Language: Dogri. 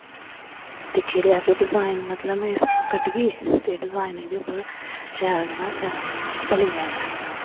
दिक्खी लेआ के डिजाइन मतलब में इस तरह् कट्टगी ते डिजाइन एह्दे पर शैल जेह्ड़ा बनी जाना ऐ